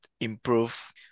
improve